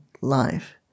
life